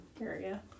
area